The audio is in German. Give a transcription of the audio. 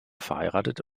verheiratet